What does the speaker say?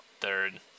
third